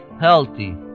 healthy